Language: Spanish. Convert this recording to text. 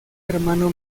hermano